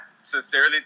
sincerely